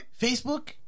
Facebook